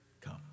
come